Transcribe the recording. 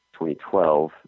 2012